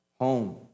home